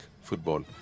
football